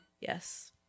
Yes